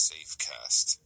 SafeCast